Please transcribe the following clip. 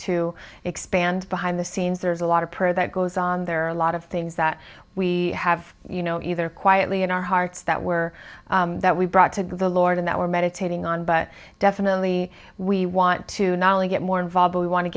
to expand behind the scenes there's a lot of prayer that goes on there are a lot of things that we have you know either quietly in our hearts that were that we brought to the lord in that were meditating on but definitely we want to not only get more involved we want to